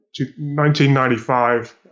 1995